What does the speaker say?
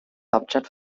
hauptstadt